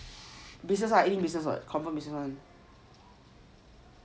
business ah 一定 business [what] confirm business [one]